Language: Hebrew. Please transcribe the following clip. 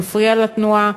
מפריע לתנועה,